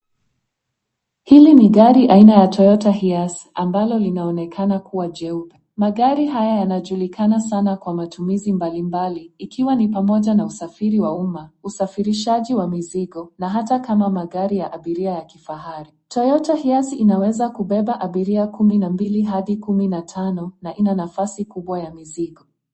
Hili ni gari aina ya Toyota Hearse ambalo linaonekana kuwa jeupe. Magari haya yanajulikana sana kwa matumizi mbali mbali ikiwa ni pamoja na usafiri wa umma, usafirishaji wa mizigo na hata kama magari ya abiria ya kifahari. Toyota Hearse inaweza kubeba abiri kumi na mbili hadi kumi na tano na ina nafasi kubwa ya mizigo.